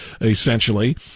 Essentially